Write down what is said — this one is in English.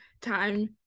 time